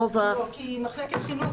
לגבי מנהל מחלקת חינוך,